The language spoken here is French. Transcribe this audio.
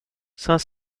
cinq